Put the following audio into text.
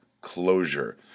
closure